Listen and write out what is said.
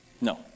No